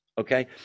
Okay